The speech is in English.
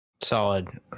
Solid